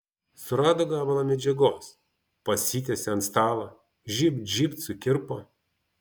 surado gabalą medžiagos pasitiesė ant stalo žybt žybt sukirpo